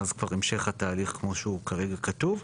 ואז כבר המשך התהליך כמו שהוא כרגע כתוב.